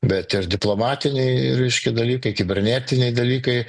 bet ir diplomatiniai reiškia dalykai kibernetiniai dalykai